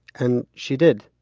and she did.